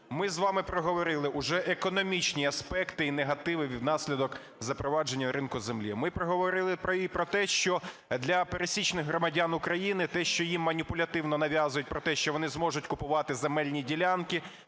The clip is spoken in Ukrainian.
Ми з вами проговорили уже економічні аспекти і негативи внаслідок запровадження ринку землі. Ми проговорили і про те, що для пересічних громадян України те що їм маніпулятивно нав'язують про те, що вони зможуть купувати земельні ділянки,